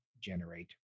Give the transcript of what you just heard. generate